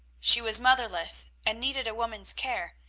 she was motherless, and needed a woman's care,